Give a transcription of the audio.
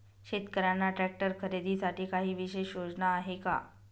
शेतकऱ्यांना ट्रॅक्टर खरीदीसाठी काही विशेष योजना आहे का?